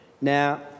Now